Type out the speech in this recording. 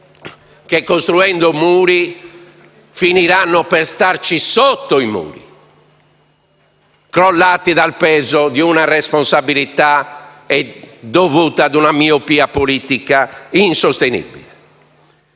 che costruendo muri, finiranno per starvi sotto, perché essi crolleranno sotto il peso di una responsabilità dovuta ad una miopia politica insostenibile.